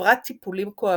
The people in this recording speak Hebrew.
עברה טיפולים כואבים,